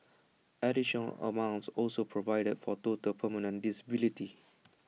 additional amounts also provided for total permanent disability